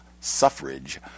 suffrage